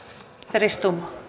arvoisa